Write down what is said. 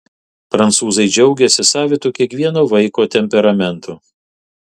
prancūzai džiaugiasi savitu kiekvieno vaiko temperamentu